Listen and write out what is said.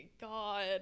God